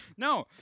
No